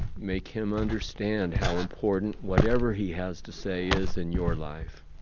make him understand how important whatever he has to say is in your life.